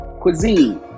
cuisine